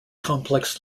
complex